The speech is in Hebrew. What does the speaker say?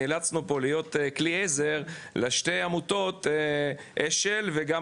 נאלצנו פה להיות כלי עזר לשתי עמותות אשל וגם